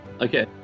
okay